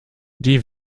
die